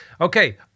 Okay